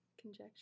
Conjecture